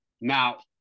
Now